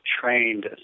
trained